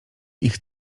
ich